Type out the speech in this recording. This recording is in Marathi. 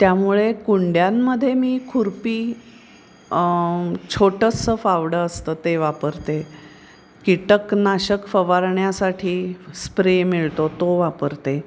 त्यामुळे कुंड्यांमध्ये मी खुरपी छोटंसं फावडं असतं ते वापरते कीटकनाशक फवारण्यासाठी स्प्रे मिळतो तो वापरते